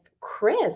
Chris